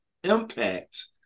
impact